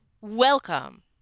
Welcome